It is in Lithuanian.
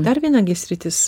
dar viena gi sritis